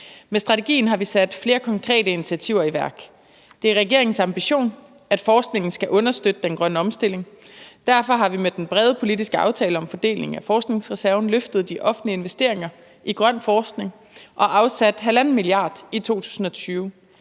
Med strategien har vi sat flere konkrete initiativer i værk. Det er regeringens ambition, at forskningen skal understøtte den grønne omstilling. Derfor har vi med den brede politiske aftale om fordeling af forskningsreserven løftet de offentlige investeringer i grøn forskning og afsat 1,5 mia. kr. i 2020.